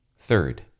Third